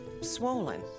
swollen